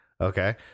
okay